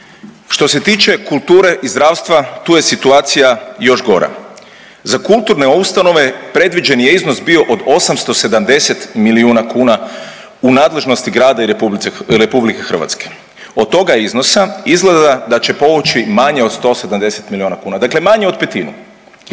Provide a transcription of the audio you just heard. Što se tiče kulture i zdravstva, tu je situacija još gora. Za kulturne ustanove predviđen je iznos bio od 870 milijuna kuna u nadležnosti grada i RH. Od toga iznosa izgleda da će povući manje od 180 milijuna kuna, dakle manje od petinu,